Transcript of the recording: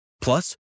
Plus